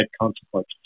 consequences